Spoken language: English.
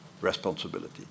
responsibility